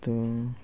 তো